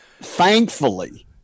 thankfully